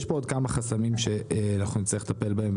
יש פה עוד כמה חסמים שאנחנו נצטרך לטפל בהם,